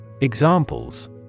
Examples